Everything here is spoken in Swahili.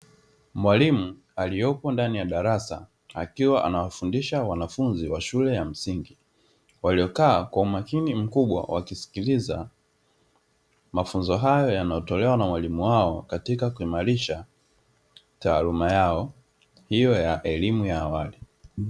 Mwalimu aliyopo ndani ya darasa akiwa anawafundisha wanafunzi wa shule ya msingi, waliokaa kwa umakini mkubwa wakiskiliza mafunzo hayo yanayotolewa na mwalimu wao katika kuimarisha taaluma yao hio ya elimu ya awali.